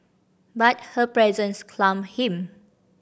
but her presence calmed him